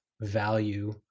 value